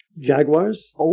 jaguars